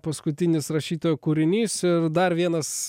paskutinis rašytojo kūrinys ir dar vienas